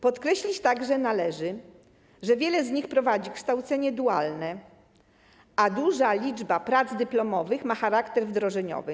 Podkreślić także należy, że wiele z nich prowadzi kształcenie dualne, a duża liczba prac dyplomowych ma charakter wdrożeniowy.